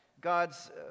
God's